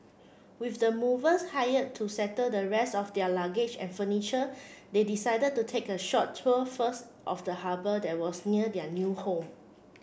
with the movers hired to settle the rest of their luggage and furniture they decided to take a short tour first of the harbour that was near their new home